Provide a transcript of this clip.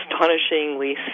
astonishingly